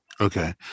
Okay